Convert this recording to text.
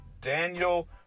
Daniel